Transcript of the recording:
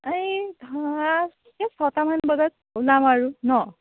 এই ধৰা এই ছটামান বজাত ওলাম আৰু ন'